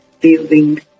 building